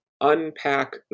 unpack